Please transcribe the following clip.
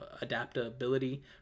adaptability